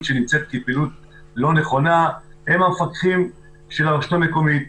שנמצאת כפעילות לא נכונה הם המפקחים של הרשות המקומית.